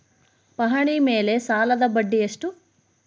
ಪಹಣಿ ಮೇಲೆ ಸಾಲದ ಬಡ್ಡಿ ಎಷ್ಟು?